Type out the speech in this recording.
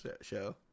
show